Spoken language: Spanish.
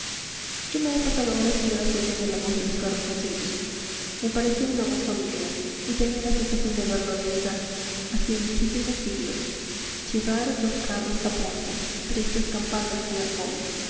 yo me he pasado horas y horas oyendo la voz de los carros gallegos me parecía una voz familiar y tenía la sensación de haberla oído ya hacía muchísimos siglos chirrar d'os carros d'a ponte tristes campanas